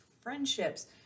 friendships